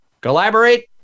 collaborate